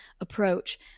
approach